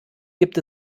gibt